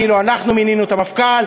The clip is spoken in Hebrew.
כאילו אנחנו מינינו את המפכ"ל,